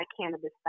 cannabis